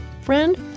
Friend